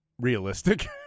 realistic